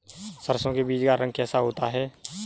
सरसों के बीज का रंग कैसा होता है?